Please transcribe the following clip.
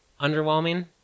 underwhelming